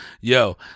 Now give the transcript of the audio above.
Yo